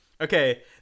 Okay